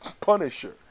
Punisher